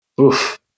Oof